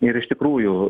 ir iš tikrųjų